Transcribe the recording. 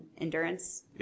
endurance